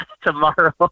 tomorrow